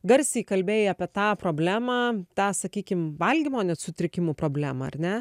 garsiai kalbėjai apie tą problemą tą sakykim valgymo net sutrikimų problemą ar ne